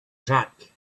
track